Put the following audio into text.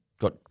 got